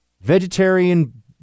vegetarian